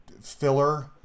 filler